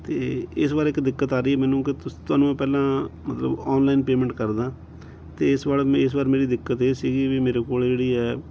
ਅਤੇ ਇਸ ਵਾਰ ਇੱਕ ਦਿੱਕਤ ਆ ਰਹੀ ਮੈਨੂੰ ਕਿ ਤੁਸ ਤੁਹਾਨੂੰ ਮੈਂ ਪਹਿਲਾਂ ਮਤਲਬ ਔਨਲਾਈਨ ਪੇਮੈਂਟ ਕਰਦਾ ਅਤੇ ਇਸ ਵਾਲ ਇਸ ਵਾਰ ਮੇਰੀ ਦਿੱਕਤ ਇਹ ਸੀਗੀ ਵੀ ਮੇਰੇ ਕੋਲ ਜਿਹੜੀ ਹੈ